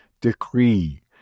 decree